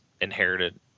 inherited